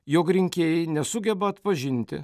jog rinkėjai nesugeba atpažinti